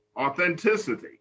Authenticity